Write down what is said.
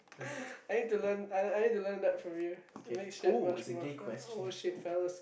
I need to learn I need to learn that from you I makes it much more fun oh shit fellas